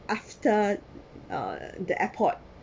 after uh the airport